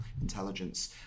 intelligence